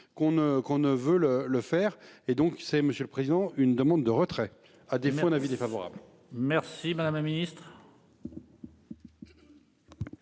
qu'on ne veulent le faire et donc c'est monsieur le président. Une demande de retrait à défaut un avis défavorable. Merci madame la ministre.